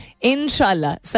Inshallah